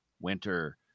winter